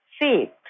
faith